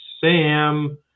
Sam